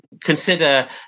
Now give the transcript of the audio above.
consider –